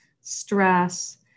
stress